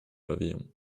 pavilion